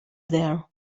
there